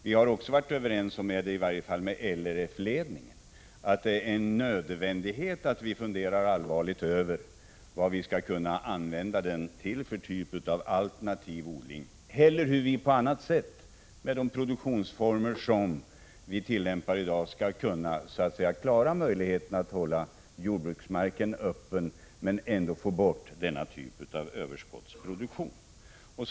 Vi har också varit överens om — vi är det i varje fall med RLF-ledningen — att det är en nödvändighet att vi allvarligt funderar över vilken typ av alternativ odling vi skall använda marken till eller hur vi på annat sätt, med de produktionsformer vi i dag tillämpar, skall kunna göra det möjligt att hålla jordbruksmarken öppen men ändå få bort överskottsproduktionen.